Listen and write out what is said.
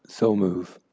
so moved.